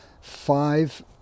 five